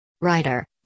Writer